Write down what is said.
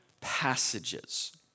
passages